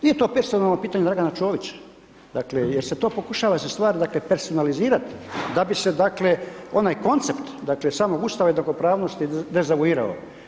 Nije to personalno pitanje Dragana Čovića, dakle, jer se to pokušava se stvari, dakle, personalizirati, da bi se, dakle, onaj koncept, dakle, samog Ustava i dogopravnosti dezavuirao.